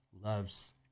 loves